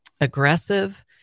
aggressive